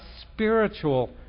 spiritual